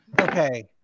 Okay